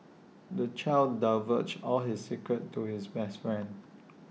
the child divulged all his secrets to his best friend